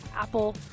Apple